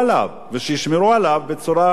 ושישמרו עליו בצורה הגיונית,